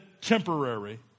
temporary